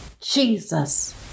Jesus